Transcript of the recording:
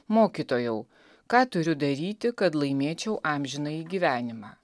mokytojau ką turiu daryti kad laimėčiau amžinąjį gyvenimą